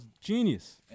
genius